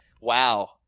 Wow